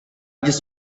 just